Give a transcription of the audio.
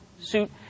suit